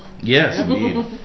Yes